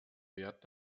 wert